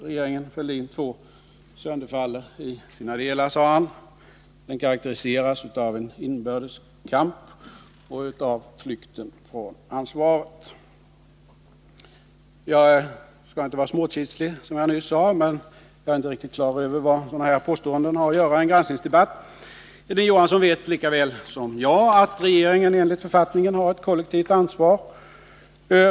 Regeringen Fälldin II sönderfaller i sina delar, sade han, och karakteriseras av en inbördes kamp och flykt från ansvaret. Jag skall, som jag nyss sade, inte vara småkitslig, men jag är inte riktigt klar över vad sådana här påståenden har att göra i en granskningsdebatt. Hilding Johansson vet lika väl som jag att regeringen enligt författningen har ett kollektivt ansvar.